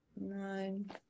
nine